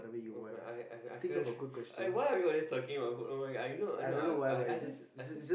okay I I I feel like why are we always talking about [oh]-my-god you know you know I just I just